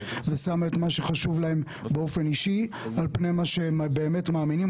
ושמה את מה שחשוב להם באופן אישי על פני מה שהם באמת מאמינים,